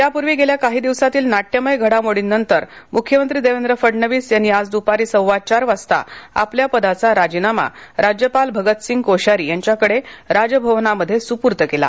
त्यापूर्वी गेल्या काही दिवसातील नाट्यमय घडामोडींनंतर मुख्यमंत्री देवेंद्र फडणवीस यांनी आज दुपारी सव्वाचार वाजता आपल्या पदाचा राजीनामा राज्यपाल भगतसिंग कोश्यारी यांच्याकडे राजभवनामध्ये सुपूर्द केला